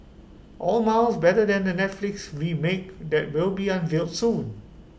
all miles better than the Netflix remake that will be unveiled soon